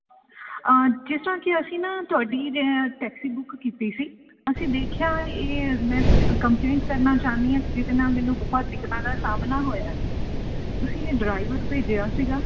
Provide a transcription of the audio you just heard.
ਜਿਸ ਤਰ੍ਹਾਂ ਕਿ ਅਸੀਂ ਨਾ ਤੁਹਾਡੀ ਜੇ ਟੈਕਸੀ ਬੁੱਕ ਕੀਤੀ ਸੀ ਅਸੀਂ ਦੇਖਿਆ ਇਹ ਮੈਂ ਕੰਪਲੇਂਟ ਕਰਨਾ ਚਾਹੁੰਦੀ ਹਾਂ ਜਿਹਦੇ ਨਾਲ਼ ਮੈਨੂੰ ਬਹੁਤ ਦਿੱਕਤਾਂ ਦਾ ਸਾਹਮਣਾ ਹੋਇਆ ਤੁਸੀਂ ਇਹ ਡਰਾਈਵਰ ਭੇਜਿਆ ਸੀ